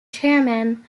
chairman